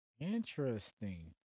interesting